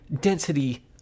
density